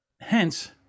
Hence